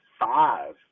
five